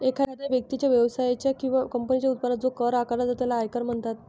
एखाद्या व्यक्तीच्या, व्यवसायाच्या किंवा कंपनीच्या उत्पन्नावर जो कर आकारला जातो त्याला आयकर म्हणतात